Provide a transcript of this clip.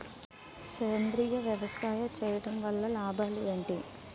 సేంద్రీయ వ్యవసాయం చేయటం వల్ల లాభాలు ఏంటి?